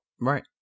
Right